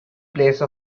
place